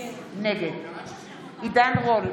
נגד עידן רול,